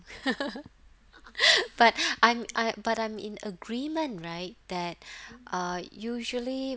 but I'm I but I'm in agreement right that uh usually